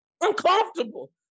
uncomfortable